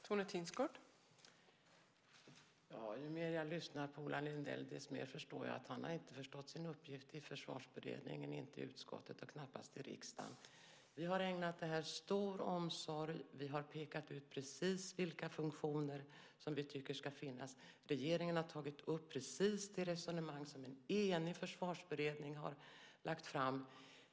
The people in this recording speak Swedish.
Fru talman! Ju mer jag lyssnar på Ola Sundell, desto mer förstår jag att han inte har förstått sin uppgift i Försvarsberedningen, inte i utskottet och knappast i riksdagen. Vi har ägnat detta stor omsorg. Vi har pekat ut precis vilka funktioner som vi tycker ska finnas, och regeringen har tagit upp precis det resonemang som en enig försvarsberedning har lagt fram förslag om.